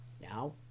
now